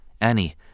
Annie